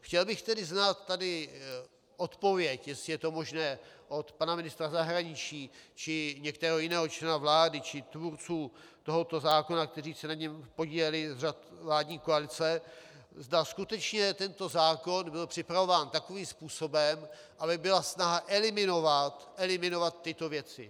Chtěl bych tedy znát tady odpověď, jestli je to možné, od pana ministra zahraničí či některého jiného člena vlády či tvůrců tohoto zákona, kteří se na něm podíleli z řad vládní koalice, zda skutečně tento zákon byl připravován takovým způsobem, aby byla snaha eliminovat tyto věci.